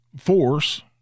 force